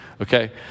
okay